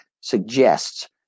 suggests